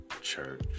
church